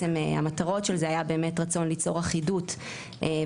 המטרות של זה היה באמת רצון ליצור אחידות וליצור